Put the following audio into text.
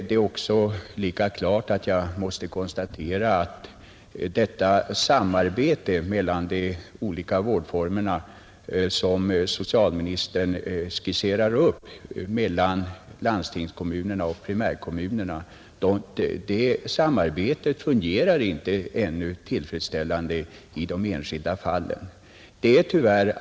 Jag måste emellertid konstatera att detta samarbete mellan landstingskommunerna och primärkommunerna beträffande de olika vårdformerna, som socialministern skisserar upp, ännu inte fungerar tillfredsställande i de enskilda fallen.